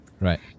right